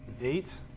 Eight